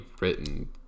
written